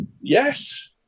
Yes